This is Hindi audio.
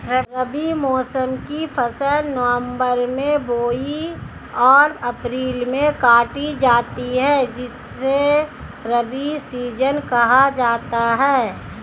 रबी मौसम की फसल नवंबर में बोई और अप्रैल में काटी जाती है जिसे रबी सीजन कहा जाता है